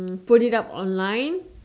put it up online